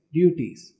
duties